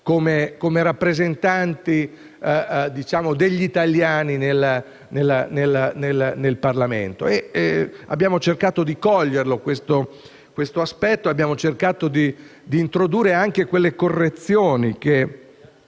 come rappresentanti degli italiani nel Parlamento; abbiamo cercato di considerare questo aspetto ed abbiamo anche cercato di introdurre le correzioni che